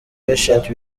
patient